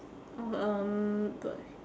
oh um but